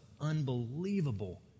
unbelievable